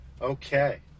Okay